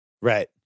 Right